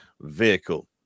vehicle